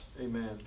amen